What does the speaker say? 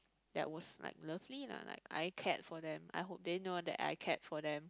that was like lovely lah like I cared for them I hope they know that I cared for them